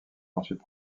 ensuite